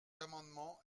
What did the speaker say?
amendement